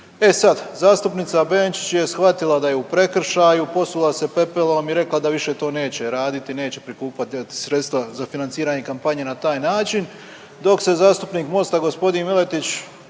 E sad, zastupnica Benčić je shvatila da je u prekršaju, posula se pepelom i rekla da više to neće raditi, neće prikupljati sredstva za financiranje kampanje na taj način dok se zastupnik Mosta g. Miletić